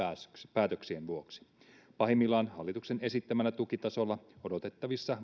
päätöksien vuoksi pahimmillaan hallituksen esittämällä tukitasolla odotettavissa